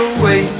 away